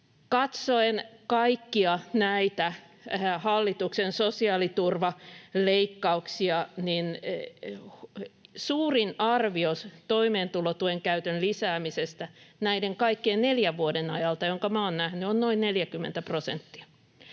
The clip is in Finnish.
Katsoen nyt kaikkia näitä hallituksen sosiaaliturvaleikkauksia suurin arvio toimeentulotuen käytön lisäämisestä näiden kaikkien neljän vuoden ajalta, jonka minä olen nähnyt, on noin 40 prosenttia.